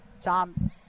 Tom